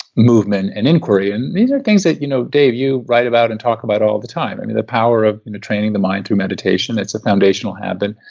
movement, and inquiry. and these are things that you know dave, you write about and talk about all the time, and the power of training the mind through meditation. that's a foundational habit.